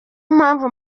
mpamvu